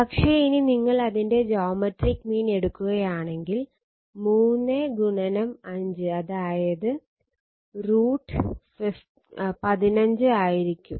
പക്ഷെ ഇനി നിങ്ങൾ അതിന്റെ ജോമെട്രിക് മീൻ എടുക്കുകയാണെങ്കിൽ 3 5 അതായത് √ 15 ആയിരിക്കും